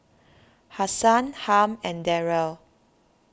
Hasan Harm and Darryle